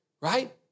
right